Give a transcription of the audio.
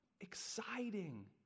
exciting